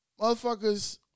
Motherfuckers